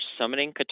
summoning